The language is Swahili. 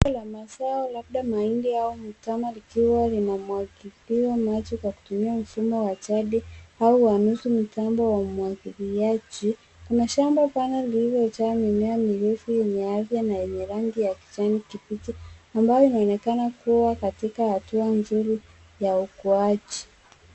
Shamba la mazao labda mahindi yao mtama likiwa linamwagiliwa maji kwa kutumia mfumo wa jadi au uamuzi mtambo wa umwagiliaji kuna shamba pana lililojaa mimea mirefu yenye afya na yenye rangi ya kijani kibichi ambayo inaonekana kuwa katika hatua nzuri ya ukuaji.